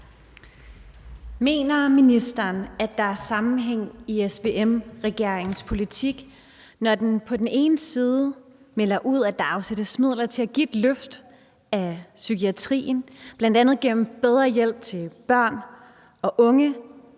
Mener ministeren, at der er sammenhæng i SVM-regeringens politik, når den på den ene side melder ud, at der afsættes midler til at give et løft af psykiatrien, bl.a. gennem bedre hjælp til børn og unge,